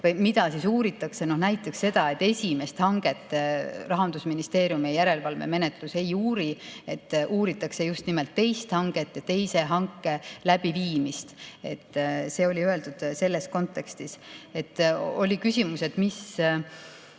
punktid, mida uuritakse. Näiteks et esimest hanget Rahandusministeeriumi järelevalvemenetluses ei uurita, uuritakse just nimelt teist hanget, teise hanke läbiviimist. See oli öeldud selles kontekstis. Oli küsimus,